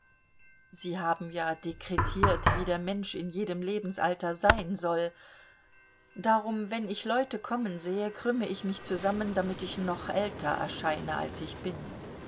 sie haben ja dekretiert wie der mensch in jedem lebensalter sein soll darum wenn ich leute kommen sehe krümme ich mich zusammen damit ich noch älter erscheine als ich bin